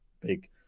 big